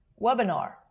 webinar